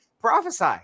Prophesy